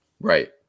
right